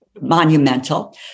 monumental